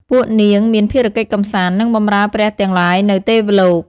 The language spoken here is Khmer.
ពួកនាងមានភារកិច្ចកំសាន្ត និងបម្រើព្រះទាំងឡាយនៅទេវលោក។